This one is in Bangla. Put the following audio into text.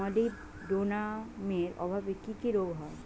মলিবডোনামের অভাবে কি কি রোগ হয়?